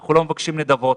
אנחנו לא מבקשים נדבות,